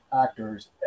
actors